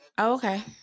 okay